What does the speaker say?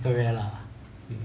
correct lah